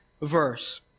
verse